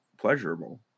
pleasurable